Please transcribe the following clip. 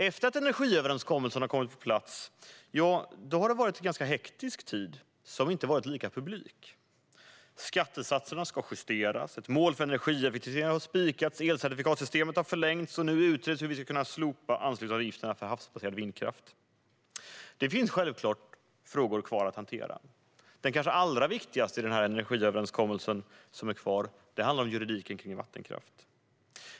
Efter att energiöverenskommelsen kommit på plats har det varit en ganska hektisk tid som inte har varit lika publik. Skattesatserna har justerats, ett mål för energieffektivisering har spikats, elcertifikatssystemet har förlängts och nu utreds det hur vi ska slopa anslutningsavgifterna för havsbaserad vindkraft. Det finns självklart frågor kvar att hantera. Den kanske allra viktigaste som är kvar i den här energiöverenskommelsen handlar om juridiken kring vattenkraften.